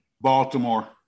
Baltimore